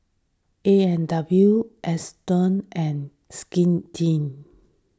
A and W Astons and Skin Inc